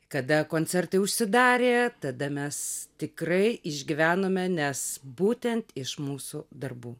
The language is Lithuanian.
kada koncertai užsidarė tada mes tikrai išgyvenome nes būtent iš mūsų darbų